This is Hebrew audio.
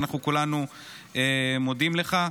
אנחנו כולנו מודים לך.